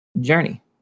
journey